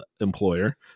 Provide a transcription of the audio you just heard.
employer